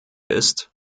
ist